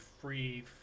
free